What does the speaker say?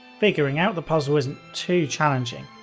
figuring out the puzzle isn't too challenging.